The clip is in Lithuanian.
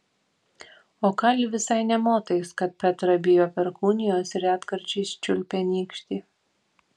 o kali visai nė motais kad petra bijo perkūnijos ir retkarčiais čiulpia nykštį